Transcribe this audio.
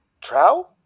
Trow